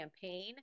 campaign